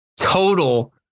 total